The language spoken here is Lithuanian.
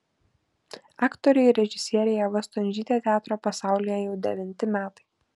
aktorė ir režisierė ieva stundžytė teatro pasaulyje jau devinti metai